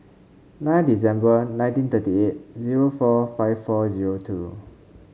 nine December nineteen thirty eight zero four five four zero two